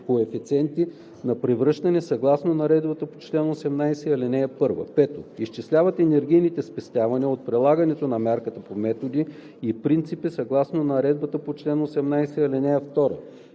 коефициенти на превръщане съгласно наредбата по чл. 18, ал. 1; 5. изчисляват енергийните спестявания от прилагането на мярката по методи и принципи съгласно наредбата по чл. 18, ал. 2;